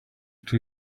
two